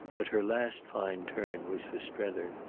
but her last fine turn was for strether.